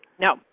No